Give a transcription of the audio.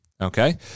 Okay